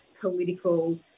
political